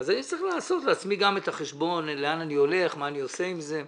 אז אני גם צריך לעשות לעצמי את החשבון לאן אני הולך ומה אני עושה עם זה.